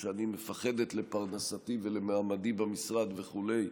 שאני מפחדת לפרנסתי ולמעמדי במשרד וכו'.